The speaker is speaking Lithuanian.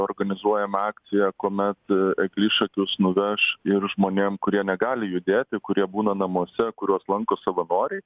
organizuojama akcija kuomet ee eglišakius nuveš ir žmonėm kurie negali judėti kurie būna namuose kuriuos lanko savanoriai